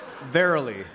Verily